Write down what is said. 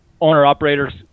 owner-operators